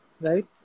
right